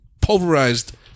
pulverized